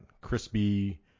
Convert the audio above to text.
crispy